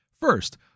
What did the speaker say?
first